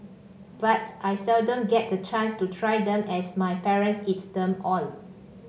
but I seldom get the chance to try them as my parents eat them all